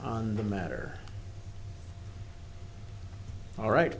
on the matter all right